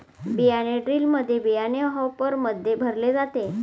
बियाणे ड्रिलमध्ये बियाणे हॉपरमध्ये भरले जाते